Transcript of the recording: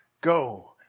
Go